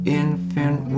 infant